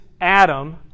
Adam